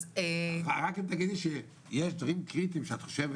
רק אם תגידי שיש מקרים קריטיים שאת חושבת